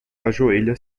ajoelha